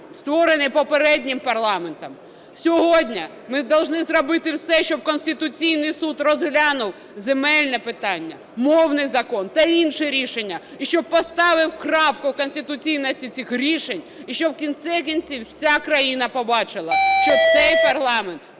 створені попереднім парламентом. Сьогодні ми должны зробити все, щоб Конституційний Суд розглянув земельне питання, мовний закон та інші рішення і щоб поставив крапку в конституційності цих рішень. І щоб в кінці кінців вся країна побачила, що цей парламент